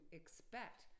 expect